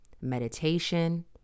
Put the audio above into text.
meditation